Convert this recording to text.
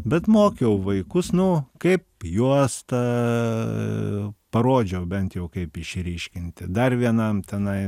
bet mokiau vaikus nu kaip juostą parodžiau bent jau kaip išryškinti dar vienam tenai